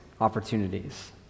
opportunities